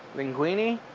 linguine,